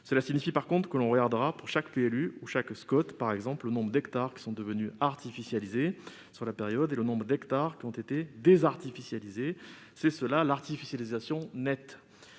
Cela signifie, en revanche, que l'on regardera pour chaque PLU ou chaque SCoT, par exemple, le nombre d'hectares qui ont été artificialisés sur la période et le nombre d'hectares qui ont été désartificialisés : voilà ce qu'est l'artificialisation nette.